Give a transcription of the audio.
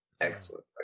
Excellent